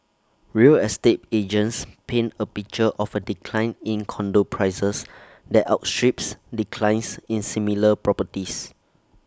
real estate agents paint A picture of A decline in condo prices that outstrips declines in similar properties